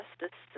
justice